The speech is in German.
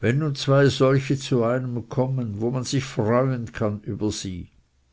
wenn nun zwei solche zu einem kommen wo man sich freuen kann über sie